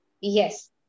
Yes